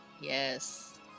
Yes